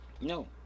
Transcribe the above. no